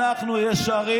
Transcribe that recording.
אנחנו ישרים.